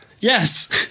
Yes